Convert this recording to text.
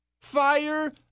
Fire